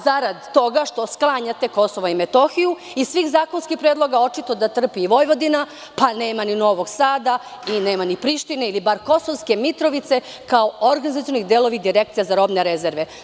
Zarad toga što sklanjate KiM iz svih zakonskih predloga, očito da trpi i Vojvodina, pa nema ni Novog Sada i nema ni Prištine, ili bar Kosovske Mitrovice, kao organizacioni delovi direkcije za robne rezerve.